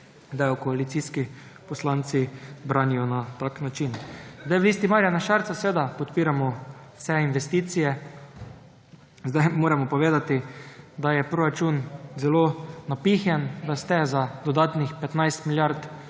da jo koalicijski poslanci branijo na tak način. V Listi Marjana Šarca seveda podpiramo vse investicije. Povedati moramo, da je proračun zelo napihnjen, da ste za dodatnih 15 milijard